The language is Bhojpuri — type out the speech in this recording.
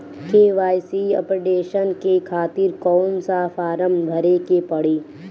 के.वाइ.सी अपडेशन के खातिर कौन सा फारम भरे के पड़ी?